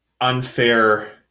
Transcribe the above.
unfair